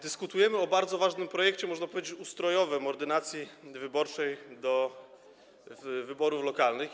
Dyskutujemy o bardzo ważnym projekcie, można powiedzieć: ustrojowym, o ordynacji wyborczej odnośnie do wyborów lokalnych.